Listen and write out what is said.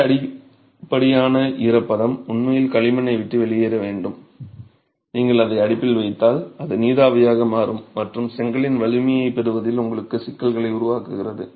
இந்த அதிகப்படியான ஈரப்பதம் உண்மையில் களிமண்ணை விட்டு வெளியேற வேண்டும் நீங்கள் அதை அடுப்பில் வைத்தால் அது நீராவியாக மாறும் மற்றும் செங்கலின் வலிமையைப் பெறுவதில் உங்களுக்கு சிக்கல்களை உருவாக்குகிறது